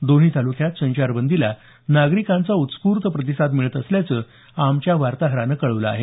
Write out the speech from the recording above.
दोन्ही तालुक्यात संचारबंदीला नागरिकांचा उत्स्फूर्त प्रतिसाद मिळत असल्याचं आमच्या वार्ताहरानं कळवलं आहे